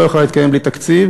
לא יכולה להתקיים בלי תקציב,